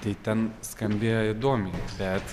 tai ten skambėjo įdomiai bet